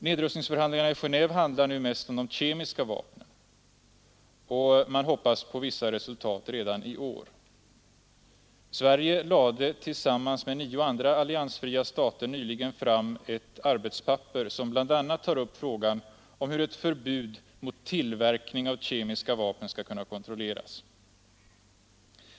Nedrustningsförhandlingarna i Genéve handlar nu mest om de kemiska vapnen, och man hoppas på vissa resultat redan i år. Sverige lade tillsammans med nio andra alliansfria stater nyligen fram ett arbetspapper som bl.a. tar upp frågan hur ett förbud mot tillverkning av kemiska vapen skall kunna kontrolleras.